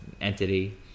entity